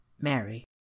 Mary